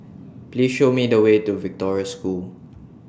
Please Show Me The Way to Victoria School